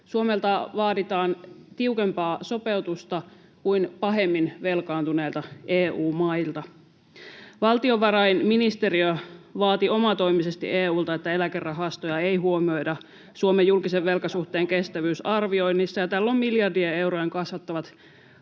Suomelta vaaditaan tiukempaa sopeutusta kuin pahemmin velkaantuneilta EU-mailta. Valtiovarainministeriö vaati omatoimisesti EU:lta, että eläkerahastoja ei huomioida Suomen julkisen velkasuhteen kestävyysarvioinnissa, ja tällä on miljardien eurojen kasvattavat